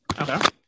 Okay